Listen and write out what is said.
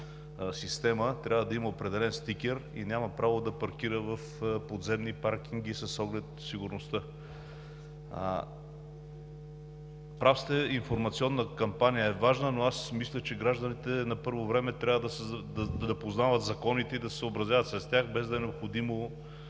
система, трябва да има определен стикер и няма право да паркира в подземни паркинги с оглед сигурността. Прав сте, информационната кампания е важна, но аз мисля, че гражданите на първо място трябва да познават законите и да се съобразяват с тях, без да е необходимо